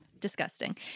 Disgusting